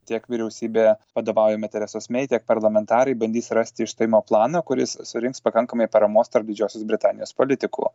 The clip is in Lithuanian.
tiek vyriausybė vadovaujama teresos mei tiek parlamentarai bandys rasti išstojimo planą kuris surinks pakankamai paramos tarp didžiosios britanijos politikų